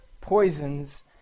poisons